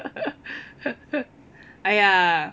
!aiya!